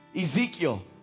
Ezekiel